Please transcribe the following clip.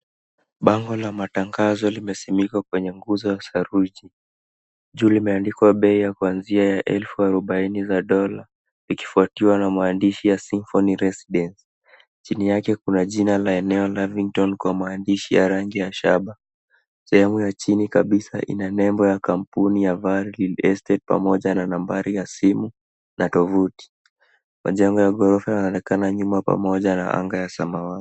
Bango la matangazo limesimikwa kwenye nguzo ya saruji. Juu limeandikwa bei ya kuanzia $40000 ikifuatiwa na maandishi ya symphony residence. Chini yake kuna jina la eneo Lavington kwa maandishi ya rangi ya shaba. Sehemu ya chini kabisa ina nembo ya kampuni ya valley estate pamoja na nambari ya simu na tovuti. Majengo ya ghorofa yanaonekana nyuma pamoja na anga ya samawati.